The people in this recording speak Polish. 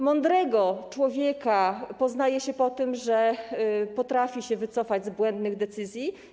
Mądrego człowieka poznaje się po tym, że potrafi się wycofać z błędnych decyzji.